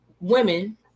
women